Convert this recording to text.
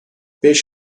beş